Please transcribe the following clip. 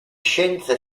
scienze